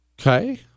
Okay